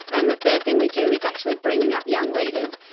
and the third thing we do is actually bringing up young leaders,